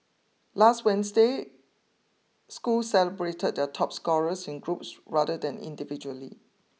last Wednesday schools celebrated their top scorers in groups rather than individually